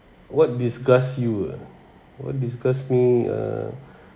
what disgust you ah disgust me uh